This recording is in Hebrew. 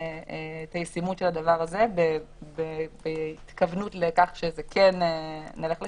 את הישימות של הדבר הזה בהתכוונות לכך שכן נלך לשם.